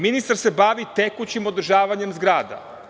Ministar se bavi tekućim održavanjem zgrada.